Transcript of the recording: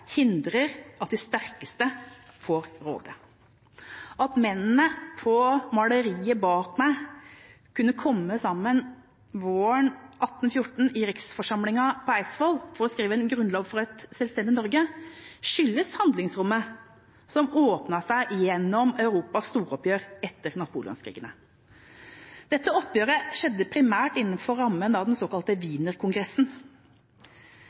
hindrer at de sterkeste får råde. At mennene på maleriet bak meg kunne komme sammen våren 1814 i riksforsamlingen på Eidsvoll for å skrive en grunnlov for et selvstendig Norge, skyldes handlingsrommet som åpnet seg gjennom Europas storoppgjør etter Napoleonskrigene. Dette oppgjøret skjedde primært innenfor rammen av den såkalte